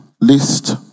list